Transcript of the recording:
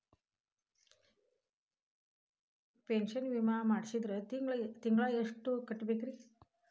Pension ವಿಮಾ ಮಾಡ್ಸಿದ್ರ ತಿಂಗಳ ಎಷ್ಟು ಕಟ್ಬೇಕ್ರಿ?